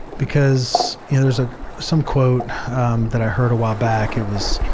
because you know there's ah some quote that i heard a while back, it was,